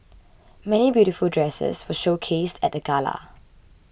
many beautiful dresses were showcased at the gala